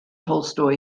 tolstoy